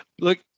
look